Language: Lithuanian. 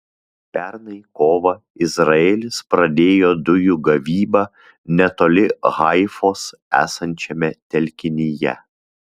pernai kovą izraelis pradėjo dujų gavybą netoli haifos esančiame telkinyje